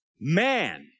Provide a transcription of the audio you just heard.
Man